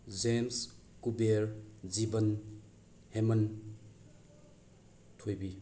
James Kuber ꯖꯤꯕꯟ ꯍꯦꯃꯟ ꯊꯣꯏꯕꯤ